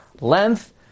length